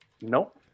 Nope